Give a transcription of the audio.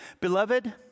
Beloved